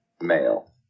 male